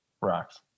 Rocks